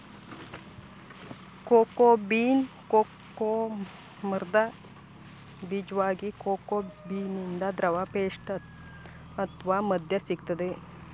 cocoa bean cocoa ಮರ್ದ ಬೀಜ್ವಾಗಿದೆ cocoa ಬೀನಿಂದ ದ್ರವ ಪೇಸ್ಟ್ ಅತ್ವ ಮದ್ಯ ಸಿಗ್ತದೆ